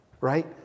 right